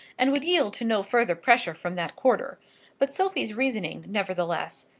and would yield to no further pressure from that quarter but sophie's reasoning, nevertheless,